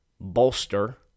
bolster